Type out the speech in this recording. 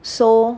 so